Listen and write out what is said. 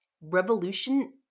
revolution